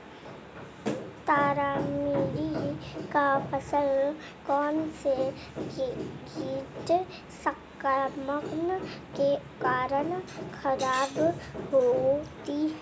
तारामीरा की फसल कौनसे कीट संक्रमण के कारण खराब होती है?